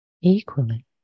equally